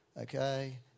Okay